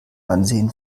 ansehen